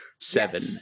seven